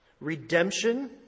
Redemption